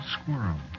squirrel